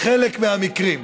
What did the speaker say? בחלק מהמקרים.